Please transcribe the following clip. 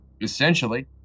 Essentially